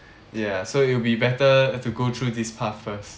ya so it'll be better to go through this path first